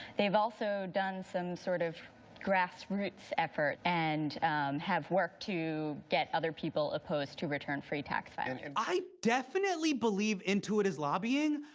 they've also done some sort of grassroots effort. and have worked to get other people opposed to return-free tax filing. and i definitely believe intuit is lobbying.